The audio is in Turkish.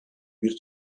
bir